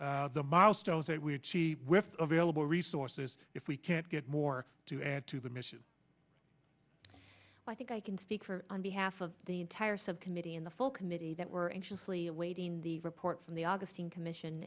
be the model stones that we're cheap with available resources if we can't get more to add to the mission i think i can speak for on behalf of the entire subcommittee in the full committee that were anxious lee awaiting the report from the augustine commission